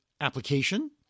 application